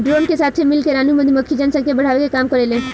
drone के साथे मिल के रानी मधुमक्खी जनसंख्या बढ़ावे के काम करेले